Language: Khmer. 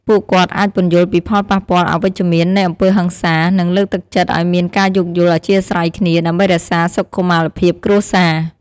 ពួកគាត់អាចពន្យល់ពីផលប៉ះពាល់អវិជ្ជមាននៃអំពើហិង្សា និងលើកទឹកចិត្តឱ្យមានការយោគយល់អធ្យាស្រ័យគ្នា ដើម្បីរក្សាសុខុមាលភាពគ្រួសារ។